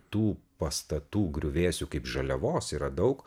tų pastatų griuvėsių kaip žaliavos yra daug